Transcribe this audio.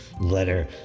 letter